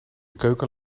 keuken